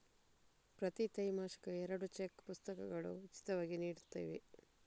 ಪ್ರತಿ ತ್ರೈಮಾಸಿಕಕ್ಕೆ ಎರಡು ಚೆಕ್ ಪುಸ್ತಕಗಳು ಉಚಿತವಾಗಿ ನೀಡುತ್ತವೆ